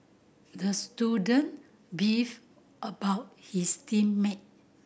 the student beefed about his team mate